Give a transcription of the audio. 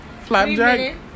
flapjack